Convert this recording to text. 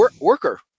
worker